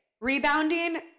Rebounding